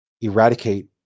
eradicate